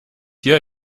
hier